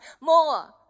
more